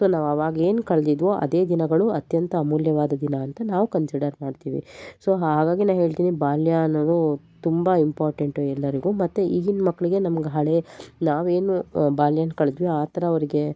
so ನಾವು ಆವಾಗ ಏನು ಕಳೆದಿದ್ವೋ ಅದೆ ದಿನಗಳು ಅತ್ಯಂತ ಅಮೂಲ್ಯವಾದ ದಿನ ಅಂತ ನಾವು ಕನ್ಸಿಡರ್ ಮಾಡ್ತೀವಿ ಸೋ ಹಾಗಾಗಿ ನಾ ಹೇಳ್ತೀನಿ ಬಾಲ್ಯ ಅನ್ನೋದು ತುಂಬ ಇಂಪೋರ್ಟೆಂಟು ಎಲ್ಲರಿಗು ಮತ್ತೆ ಈಗಿನ ಮಕ್ಕಳಿಗೆ ನಮ್ಗೆ ಹಳೆ ನಾವೇನು ಬಾಲ್ಯನ ಕಳೆದ್ವಿ ಆ ಥರ ಅವರಿಗೆ